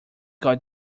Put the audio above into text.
got